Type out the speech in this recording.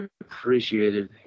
appreciated